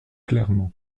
clairement